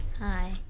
Hi